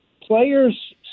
Players